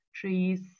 trees